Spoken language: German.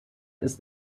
ist